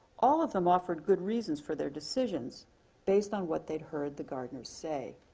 all of them offered good reasons for their decisions based on what they heard the gardeners say.